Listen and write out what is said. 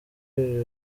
iri